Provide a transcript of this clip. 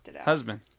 husband